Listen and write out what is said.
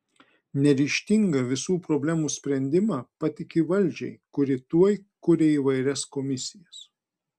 neryžtinga visų problemų sprendimą patiki valdžiai kuri tuoj kuria įvairias komisijas